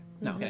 No